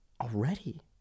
Already